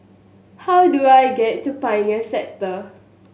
how do I get to Pioneer Sector